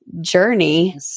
journey